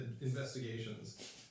investigations